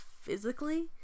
physically